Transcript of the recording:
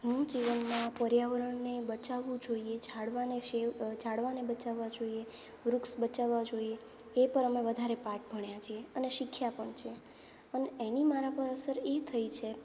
હું જીવનમાં પર્યાવરણને બચાવવું જોઈએ એ ઝાડવાને શેવ ઝાડવાને બચાવવા જોઈએ વૃક્ષ બચાવવા જોઈએ એ પર અમે વધારે પાઠ ભણ્યાં છીએ અને શીખ્યાં પણ છે અને એની મારા પર અસર એ થઈ છે